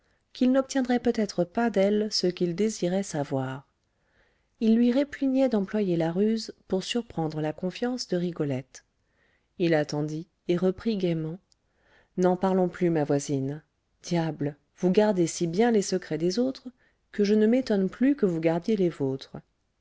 qu'il n'obtiendrait peut-être pas d'elle ce qu'il désirait savoir il lui répugnait d'employer la ruse pour surprendre la confiance de rigolette il attendit et reprit gaiement n'en parlons plus ma voisine diable vous gardez si bien les secrets des autres que je ne m'étonne plus que vous gardiez les vôtres